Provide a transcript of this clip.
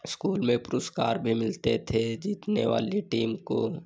school में पुरस्कार भी मिलते थे जीतने वाली टीम को